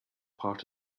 part